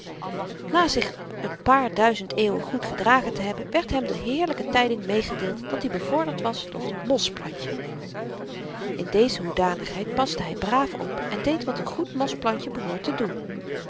na zich n paarduizend eeuwen goed gedragen te hebben werd hem de heerlyke tyding meegedeeld dat-i bevorderd was tot mosplantje in deze hoedanigheid paste hy braaf op en deed wat n goed mosplantje behoort te doen